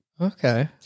Okay